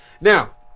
now